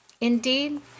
Indeed